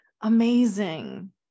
Amazing